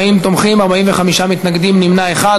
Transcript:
40 תומכים, 45 מתנגדים, נמנע אחד.